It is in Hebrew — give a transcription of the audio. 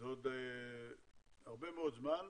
זה עוד הרבה מאוד זמן,